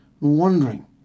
Wondering